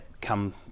come